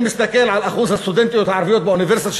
אני מסתכל על אחוז הסטודנטיות הערביות באוניברסיטה,